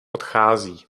odchází